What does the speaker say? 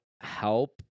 help